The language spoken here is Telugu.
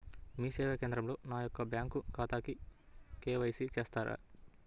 మీ సేవా కేంద్రంలో నా యొక్క బ్యాంకు ఖాతాకి కే.వై.సి చేస్తారా?